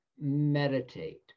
meditate